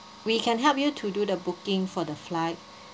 we can help you to do the booking for the flight